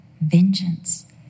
Vengeance